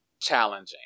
challenging